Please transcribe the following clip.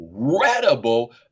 incredible